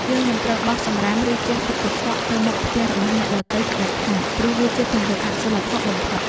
យើងមិនត្រូវបោះសំរាមឬជះទឹកកខ្វក់ទៅមុខផ្ទះរបស់អ្នកដទៃជាដាច់ខាត ព្រោះវាជាទង្វើអសីលធម៌បំផុត។